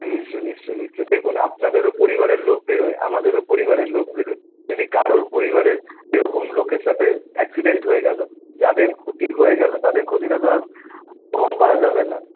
নিশ্চয় নিশ্চয় নিশ্চয় দেখুন আপনাদেরও পরিবারের লোক বেরোয় আমাদেরও পরিবারের লোক বেরোয় যদি কারোর পরিবারের সে রকম লোকের সাথে অ্যাক্সিডেন্ট হয়ে গেলো যাদের ক্ষতি হয়ে গেলো তাদের ক্ষতিটা তো আর পুরণ করা যাবে না